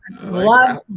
love